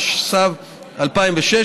התשס"ו 2006,